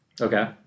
Okay